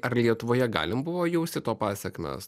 ar lietuvoje galim buvo jausti to pasekmes